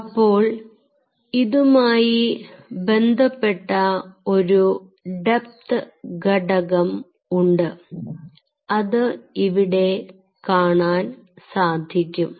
അപ്പോൾ ഇതുമായി ബന്ധപ്പെട്ട ഒരു ഡെപ്ത് ഘടകം ഉണ്ട് അത് ഇവിടെ കാണാൻ സാധിക്കും